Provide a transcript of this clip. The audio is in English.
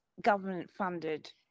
government-funded